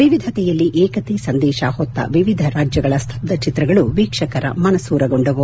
ವಿವಿಧತೆಯಲ್ಲಿ ಏಕತೆ ಸಂದೇಶ ಹೊತ್ತ ವಿವಿಧ ರಾಜ್ಯಗಳ ಸ್ತಬ್ಬ ಚಿತ್ರಗಳು ವೀಕ್ಷಕರ ಮನಸೂರೆಗೊಂಡವು